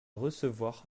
recevoir